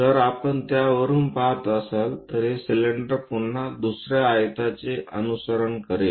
जर आपण त्या वरुन पहात असाल तर हे सिलेंडर पुन्हा दुसर्या आयताचे अनुसरण करेल